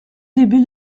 début